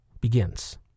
begins